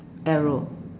arrow